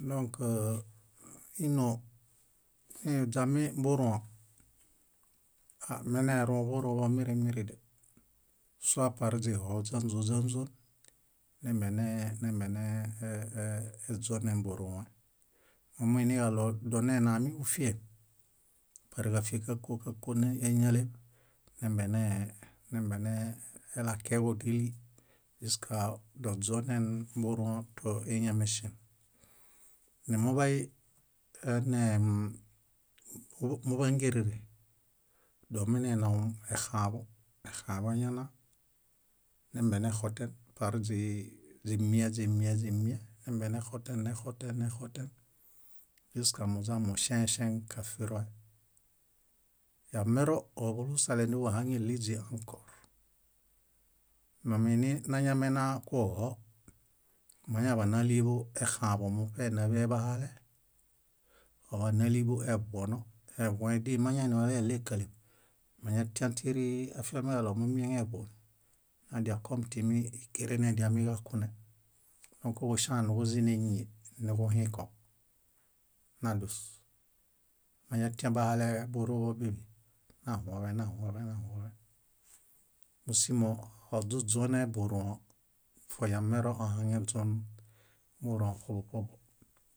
Dõkk ínoo niźami burũõ, aɂ menerũ buruḃõ mirimiride sua par źihoo źánźuon źánźuon mbene mbene e- e- źone buruẽ. Momuiniġaɭo donenami kúfien, par káfie kákuo kakuon éñale nembenelakeġo díli juska buruõ to éñameŝen. Numuḃay enee múḃangerere, domenenaw exãḃõ, exãḃõ eñana nembenexoten par źii- źimie źimie nembenexoten, nembenexoten, nembenexoten juska moźamoŝeeŝeŋ kafiro. Yamero obulusale núḃuhaŋeɭiźi ãkor. Mamininañamena kuho, nañaḃa náliḃu exãḃõ muṗe náḃe bahale, óḃanaliḃu eḃuono. Eḃuẽ díi mañaini óleelekaleṗ, mañatian tíri afiamiġaɭo mumieŋeḃuono, nadiakom timi ékeren nediamiġakune ímo kuġuŝanuġuzĩ néñie nuġuhĩko, nadus. Mañatiãbuhale burũ bíḃi, nahuõḃẽ, nahuõḃẽ, nahuõḃẽ. Músimo oźuźuone buruõ, foyamero ohaŋeźuon buruõ ṗobo ṗobo